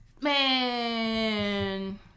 Man